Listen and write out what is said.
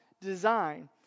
design